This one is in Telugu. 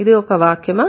ఇది ఒక వాక్యమా